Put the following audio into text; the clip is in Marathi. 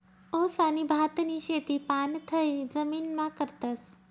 ऊस आणि भातनी शेती पाणथय जमीनमा करतस